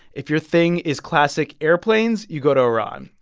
if your thing is classic airplanes, you go to iran.